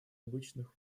обычных